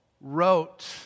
wrote